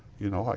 you know,